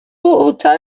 ôta